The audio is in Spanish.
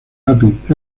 lápiz